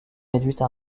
réduite